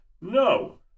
No